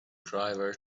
driver